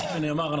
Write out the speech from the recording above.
כמו שנאמר,